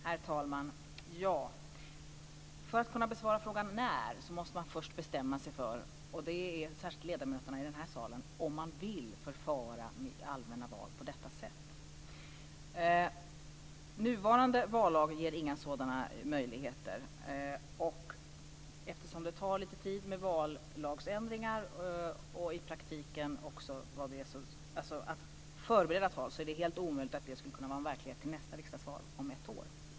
Herr talman! För att kunna besvara frågan om när måste man, och det gäller särskilt ledamöterna i den här salen, först bestämma sig för om man vill förfara på detta sätt vid allmänna val. Den nuvarande vallagen ger inga sådana möjligheter. Eftersom det tar lite tid med vallagsändringar, och också att i praktiken förbereda ett val, är det helt omöjligt att det skulle kunna vara en verklighet till nästa riksdagsval om ett år.